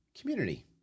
Community